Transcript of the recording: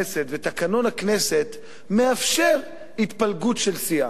ותקנון הכנסת מאפשרים התפלגות של סיעה,